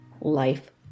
Life